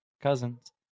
Cousins